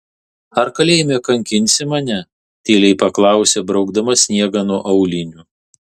ar kalėjime kankinsi mane tyliai paklausė braukdama sniegą nuo aulinių